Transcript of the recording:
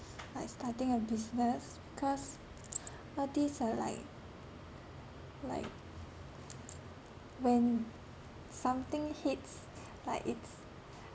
like starting a business because all these are like like when something hits like it's